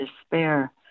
despair